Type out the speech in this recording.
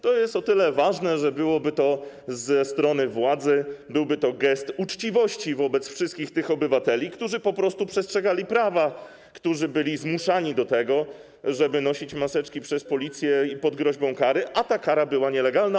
To jest o tyle ważne, że ze strony władzy byłby to gest uczciwości wobec tych wszystkich obywateli, którzy po prostu przestrzegali prawa, którzy byli zmuszani do tego, żeby nosić maseczki, przez policję, pod groźbą kary, a ta kara była nielegalna.